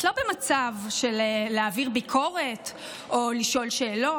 את לא במצב של להעביר ביקורת או לשאול שאלות.